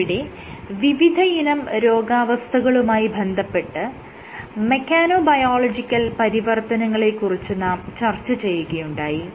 ഇന്നിവിടെ വിവിധയിനം രോഗാവസ്ഥകളുമായി ബന്ധപ്പെട്ട മെക്കാനോബയോളജിക്കൽ പരിവർത്തനങ്ങളെ കുറിച്ച് നാം ചർച്ച ചെയ്യുകയുണ്ടായി